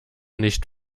nicht